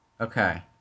Okay